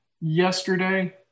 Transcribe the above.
yesterday